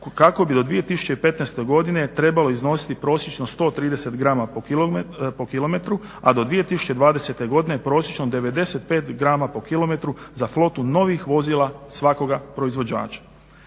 kako bi do 2015. godine trebalo iznositi prosječno 130 g/km, a do 2020. godine prosječno 95 g/km za flotu novih vozila svakoga proizvođača.